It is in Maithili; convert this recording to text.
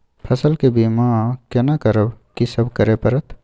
फसल के बीमा केना करब, की सब करय परत?